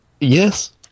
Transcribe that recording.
Yes